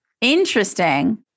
interesting